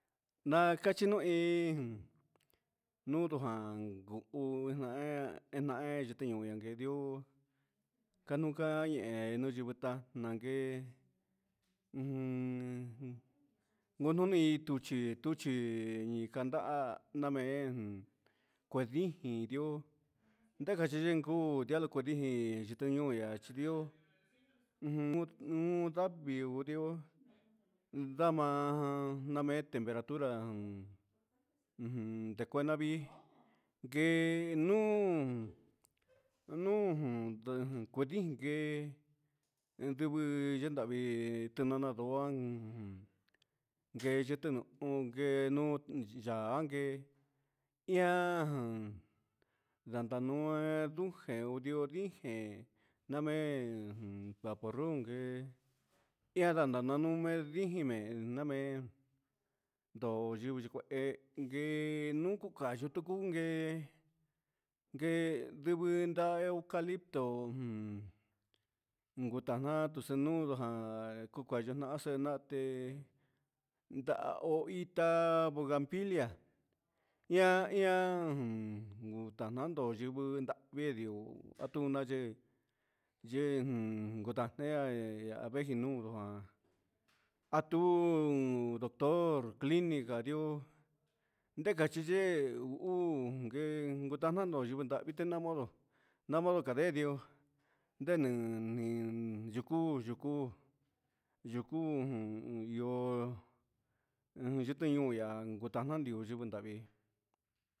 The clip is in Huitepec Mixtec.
Nakachenuin nundujan nguku ena'e enahe chintu inkenriu kanuka ñee, nayunguita ndanke ujun ngunu hí tuchi tuchi ikanda namen kue dijin di'ó ndachin yee kuu ndialo kudiji, yitoñon nayindió ujun nuu ndavii neurió ndama, ndame temperatura un ujun ujun ndekuenavi ngue nuu nujun ndejen kondin jé enduvo ndeyangui, tenananguan nguecheteno'o nguen non ya'á an ngue ian jan, ndatande nujeudió dije namen un vapurud jé iha na nanunje ndijemen, namen yuu nanijen nen ngue, ingue yuku kanxu teyunke ngue ndivin nan eucalito jun, ngutana xuteñudu na'a kuka nuñaxe nua'a nate nda on itá buganbilia ihá ihan un ngutanando yivii na'a vidio atuna yee, yee jun utannguia yee iha avegin niundo atun doctor clinica yo'ó ndeka chiyee ndu uun unngue ngutanando yukuravii tenan modo nama kade di'ó janen nin yuku yuku, yuku jun ihó un xhito nion ihá yutanan ihó yuku nravii.